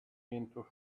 into